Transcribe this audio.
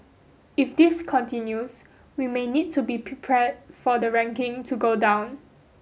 if this continues we may need to be prepared for the ranking to go down